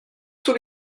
tous